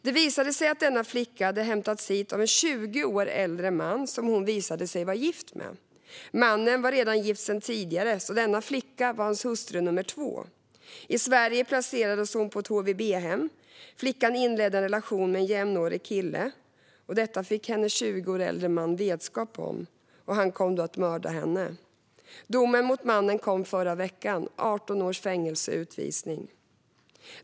Det visade sig att denna flicka hade hämtats hit av en 20 år äldre man, som hon visade sig vara gift med. Mannen var redan gift sedan tidigare, så denna flicka var hans hustru nummer två. I Sverige placerades hon på ett HVB-hem. Flickan inledde en relation med en jämnårig kille. Detta fick hennes 20 år äldre man vetskap om, och han kom då att mörda henne. Domen mot mannen kom förra veckan - 18 års fängelse och utvisning.